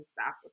stop